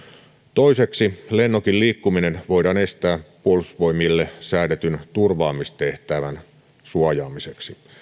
toiseksi lennokin liikkuminen voidaan estää puolustusvoimille säädetyn turvaamistehtävän suojaamiseksi